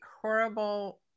horrible